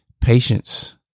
Patience